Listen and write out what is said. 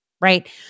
Right